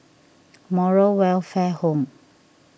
Moral Welfare Home